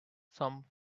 some